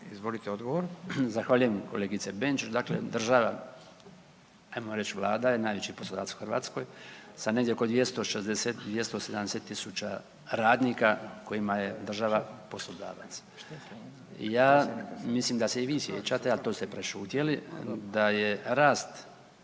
Branko (HDZ)** Zahvaljujem kolegice Benčić. Dakle, država, ajmo reći Vlada je najveći poslodavac u Hrvatskoj sa negdje oko 260, 270 tisuća radnika kojima je država poslodavac. Ja, mislim da se i vi sjećate, a to ste prešutjeli da je rast